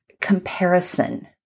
comparison